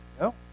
No